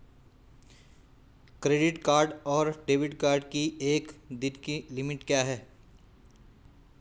Credit card और debit card की एक दिन की लिमिट क्या है?